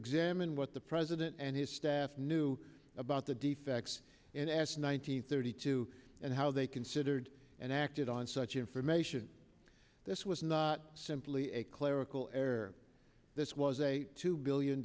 examine what the president and his staff knew about the defects and asked one hundred thirty two and how they considered and acted on such information this was not simply a clerical error this was a two billion